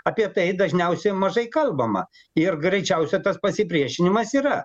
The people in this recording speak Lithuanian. apie tai dažniausia mažai kalbama ir greičiausia tas pasipriešinimas yra